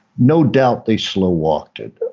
no doubt they slow walked it.